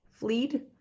fleed